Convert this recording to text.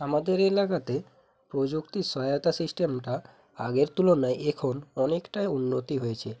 আমাদের এলাকাতে প্রযুক্তির সহায়তা সিস্টেমটা আগের তুলনায় এখন অনেকটাই উন্নতি হয়েছে